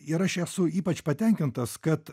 ir aš esu ypač patenkintas kad